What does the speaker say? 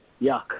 yuck